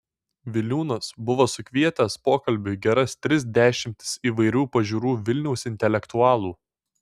viliūnas buvo sukvietęs pokalbiui geras tris dešimtis įvairių pažiūrų vilniaus intelektualų